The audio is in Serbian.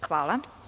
Hvala.